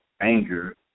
anger